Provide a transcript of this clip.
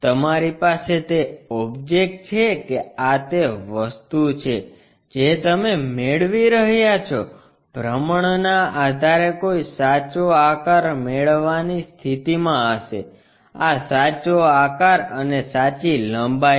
તમારી પાસે તે ઓબ્જેક્ટ છે કે આ તે વસ્તુ છે જે તમે મેળવી રહ્યાં છો ભ્રમણના આધારે કોઈ સાચો આકાર મેળવવાની સ્થિતિમાં હશે આ સાચો આકાર અને સાચી લંબાઈ છે